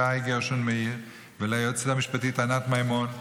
שי גרשון מאיר וליועצת המשפטית ענת מימון.